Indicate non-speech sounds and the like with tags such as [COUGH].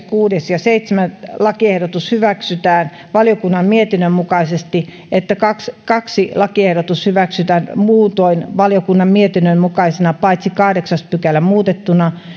[UNINTELLIGIBLE] kuudes ja seitsemäs lakiehdotus hyväksytään valiokunnan mietinnön mukaisesti että toinen lakiehdotus hyväksytään muutoin valiokunnan mietinnön mukaisena paitsi kahdeksas pykälä muutettuna